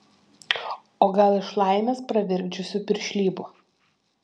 o gal iš laimės pravirkdžiusių piršlybų